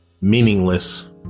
meaningless